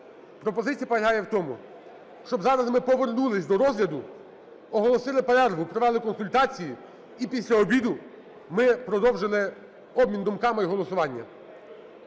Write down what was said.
Пропозиція полягає в тому, щоб зараз ми повернулися до розгляду, оголосили перерву, провели консультації і після обіду ми продовжили обмін думками і голосування.